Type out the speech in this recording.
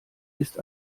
ist